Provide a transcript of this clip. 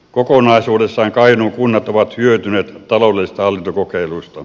kokonaisuudessaan kainuun kunnat ovat hyötyneet taloudellisesti hallintokokeiluista